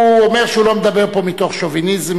הוא אומר שהוא לא מדבר פה מתוך שוביניזם